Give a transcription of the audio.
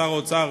שר האוצר